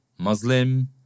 Muslim